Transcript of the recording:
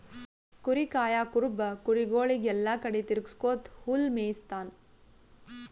ಕುರಿ ಕಾಯಾ ಕುರುಬ ಕುರಿಗೊಳಿಗ್ ಎಲ್ಲಾ ಕಡಿ ತಿರಗ್ಸ್ಕೊತ್ ಹುಲ್ಲ್ ಮೇಯಿಸ್ತಾನ್